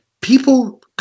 People